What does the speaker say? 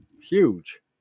huge